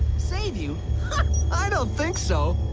save you i don't think so,